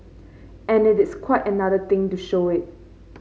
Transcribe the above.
and it is quite another thing to show it